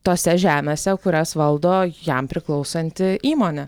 tose žemėse kurias valdo jam priklausanti įmonė